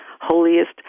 holiest